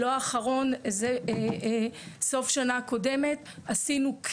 סוף שנה קודמת,